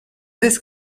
this